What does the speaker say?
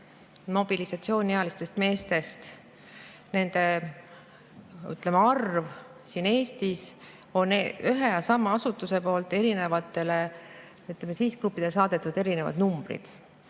mobilisatsiooniealiste meeste arvu kohta Eestis on ühe ja sama asutuse poolt erinevatele sihtgruppidele saadetud erinevad numbrid.